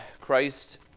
Christ